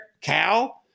Cal